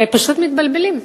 ופשוט מתבלבלים.